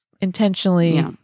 Intentionally